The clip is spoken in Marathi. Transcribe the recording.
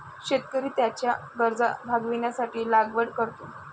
शेतकरी त्याच्या गरजा भागविण्यासाठी लागवड करतो